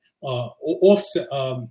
Offset